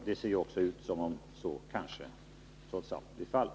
Det ser också ut som om så kanske trots allt blir fallet.